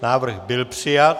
Návrh byl přijat.